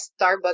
Starbucks